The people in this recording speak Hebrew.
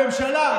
הממשלה,